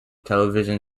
television